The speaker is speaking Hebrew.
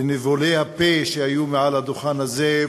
וניבולי הפה שהיו מעל הדוכן הזה,